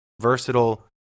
versatile